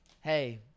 hey